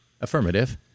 Affirmative